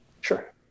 Sure